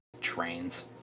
trains